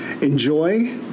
Enjoy